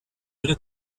ihre